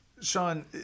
Sean